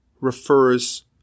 refers